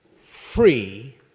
free